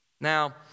Now